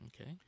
Okay